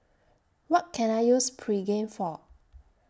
What Can I use Pregain For